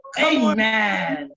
Amen